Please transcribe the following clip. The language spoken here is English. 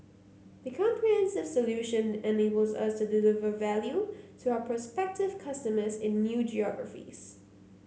the comprehensive solution enables us to deliver value to our prospective customers in new geographies